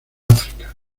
áfrica